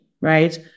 right